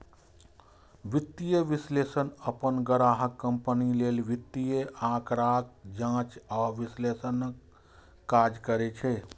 वित्तीय विश्लेषक अपन ग्राहक कंपनी लेल वित्तीय आंकड़ाक जांच आ विश्लेषणक काज करै छै